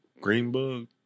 Greenbug